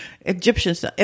Egyptians